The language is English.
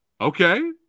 okay